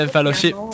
Fellowship